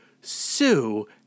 Sue